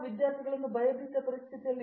ವಿಶ್ವನಾಥನ್ ಅಥವಾ ಗೌರವಾನ್ವಿತ ಪರಿಸ್ಥಿತಿ ಎರಡೂ